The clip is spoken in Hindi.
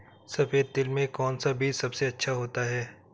सफेद तिल में कौन सा बीज सबसे अच्छा होता है?